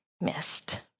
missed